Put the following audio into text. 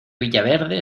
villaverde